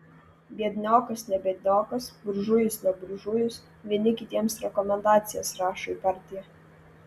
biedniokas ne biedniokas buržujus ne buržujus vieni kitiems rekomendacijas rašo į partiją